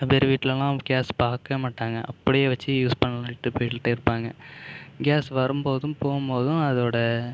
சில பேர் வீட்டிலலாம் கேஸ் பார்க்கவே மாட்டாங்க அப்படியே வச்சு யூஸ் பண்ணலான்ட்டு போய்ட்டே இருப்பாங்க கேஸ் வரும்போதும் போகும்போது அதோட